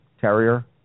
Terrier